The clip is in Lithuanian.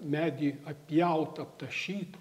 medį atpjaut aptašyt